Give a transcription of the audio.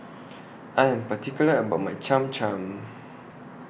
I Am particular about My Cham Cham